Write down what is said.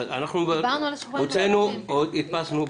תנו להם